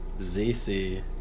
ZC